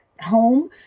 home